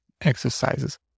exercises